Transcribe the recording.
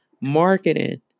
marketing